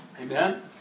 Amen